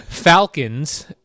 Falcons